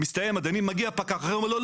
זה מסתיים ומגיע פקח אחר ואומר "לא,